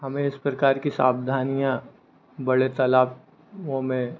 हमें इस प्रकार की सावधानियाँ बड़े तलाबों में